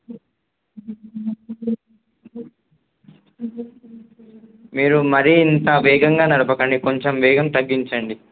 మీరు మరీ ఇంత వేగంగా నడపకండి కొంచెం వేగం తగ్గించండి